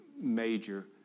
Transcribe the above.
major